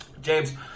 James